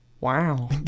wow